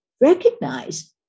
recognize